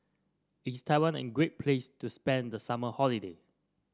is Taiwan a great place to spend the summer holiday